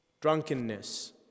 drunkenness